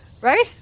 Right